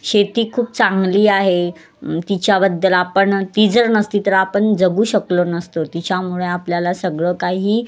शेती खूप चांगली आहे तिच्याबद्दल आपण ती जर नसती तर आपण जगू शकलो नसतो तिच्यामुळे आपल्याला सगळं काही